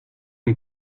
une